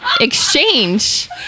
exchange